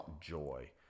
joy